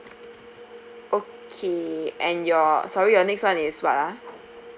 okay and your sorry your next one is what ah